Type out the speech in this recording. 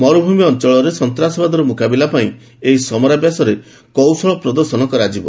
ମରୁଭୂମି ଅଞ୍ଚଳରେ ସନ୍ତାସବାଦର ମୁକାବିଲା ପାଇଁ ଏହି ସମରାଭ୍ୟାସରେ କୌଶଳ ପ୍ରଦର୍ଶନ କରାଯିବ